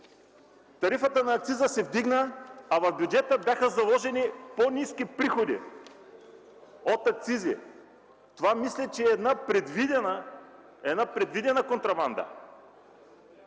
тарифата на акциза се вдигна, а в бюджета бяха заложени по-ниски приходи от акцизи. Мисля, че това е предвидена контрабанда!